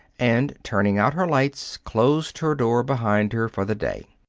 and, turning out her lights, closed her door behind her for the day.